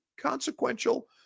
consequential